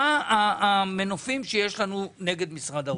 מה המנופים שיש לנו נגד משרד האוצר,